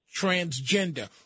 transgender